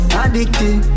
addicted